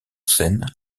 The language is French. scène